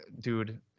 Dude